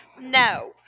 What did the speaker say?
no